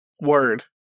word